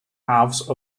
house